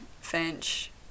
Finch